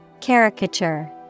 Caricature